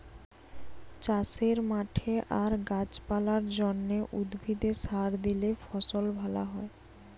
চাষের মাঠে আর গাছ পালার জন্যে, উদ্ভিদে সার দিলে ফসল ভ্যালা হয়